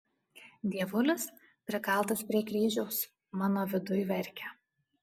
dievulis prikaltas prie kryžiaus mano viduj verkia